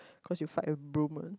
cause you fight a